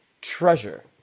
treasure